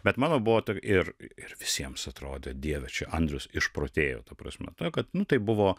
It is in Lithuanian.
bet mano buvo ir ir visiems atrodė dieve čia andrius išprotėjo ta prasme kad nu tai buvo